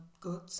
good